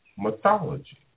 Mythology